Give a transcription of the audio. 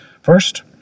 First